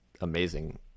amazing